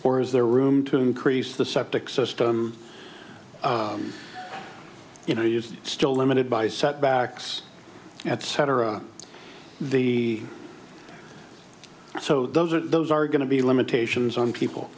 is there room to increase the septic system you know you still limited by setbacks at cetera the so those are those are going to be limitations on people